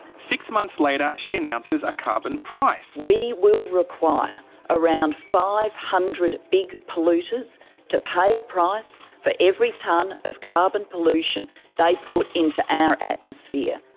six months later, she announces a carbon price. we will require around five hundred big polluters to pay a price for every tonne of carbon pollution they put into our atmosphere.